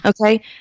Okay